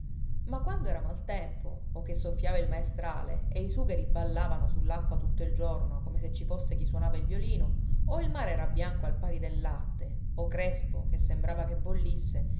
ma quando era mal tempo o che soffiava il maestrale e i sugheri ballavano sull'acqua tutto il giorno come se ci fosse chi suonava il violino o il mare era bianco al pari del latte o crespo che sembrava che bollisse